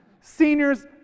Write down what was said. seniors